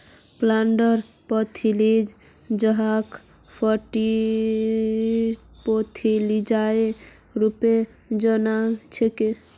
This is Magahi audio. प्लांट पैथोलॉजी जहाक फाइटोपैथोलॉजीर रूपतो जानाल जाछेक